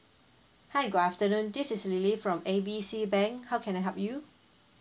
hi good afternoon this is lily from A B C bank how can I help you